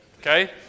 Okay